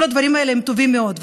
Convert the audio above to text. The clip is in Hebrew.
כל הדברים האלה הם טובים מאוד,